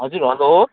हजुर हेलो